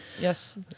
yes